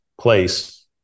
place